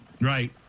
Right